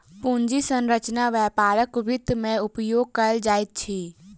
पूंजी संरचना व्यापारक वित्त में उपयोग कयल जाइत अछि